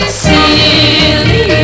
silly